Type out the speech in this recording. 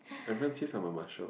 everyone says I'm a eh